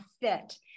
fit